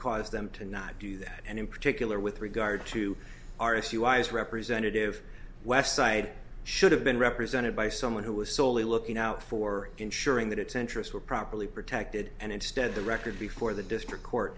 caused them to not do that and in particular with regard to our issue i was representative west side should have been represented by someone who was soley looking out for ensuring that its interests were properly protected and instead the record before the district court